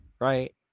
Right